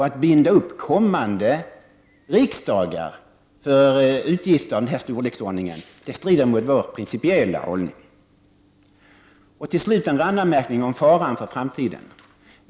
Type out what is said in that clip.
Att binda upp kommande riksdagar för utgifter av den här storleksordningen, strider mot vår principiella hållning. Till slut en randanmärkning om faran inför framtiden.